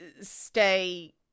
stay